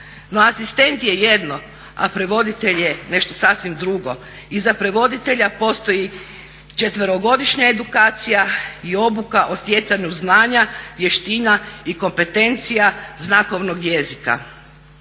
asistent je jedno a prevoditelj je nešto sasvim drugo. Iza prevoditelja postoji 4.-godišnja edukacija i obuka o stjecanju znanja, vještina i kompetencija znakovnog jezika.